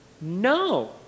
No